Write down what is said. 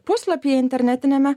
puslapyje internetiniame